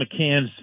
McCann's